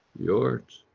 the arts,